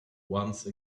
once